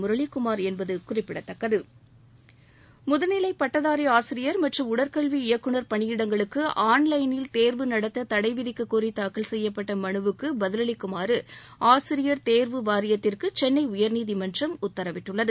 முரளிகுமார் என்பது குறிப்பிடத்தக்கது முதுநிலை பட்டதாரி ஆசிரியர் மற்றும் உடற்கல்வி இயக்குநர் பணியிடங்களுக்கு ஆன் லைனில் தேர்வு நடத்த தடை விதிக்கக்கோரி தாக்கல் செய்யப்பட்ட மனுவுக்கு பதிலளிக்குமாறு ஆசிரியர் தேர்வு வாரியத்திற்கு சென்னை உயர்நீதிமன்றம் உத்தரவிட்டுள்ளது